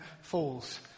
falls